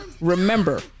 Remember